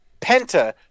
Penta